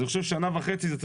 אני חושב ששנה וחצי זה צריך,